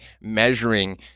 measuring